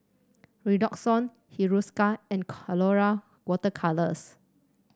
Redoxon Hiruscar and Colora Water Colours